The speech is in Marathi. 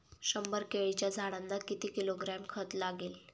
शंभर केळीच्या झाडांना किती किलोग्रॅम खत लागेल?